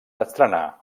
estrenar